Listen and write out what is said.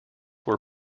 were